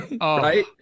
right